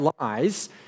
lies